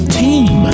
team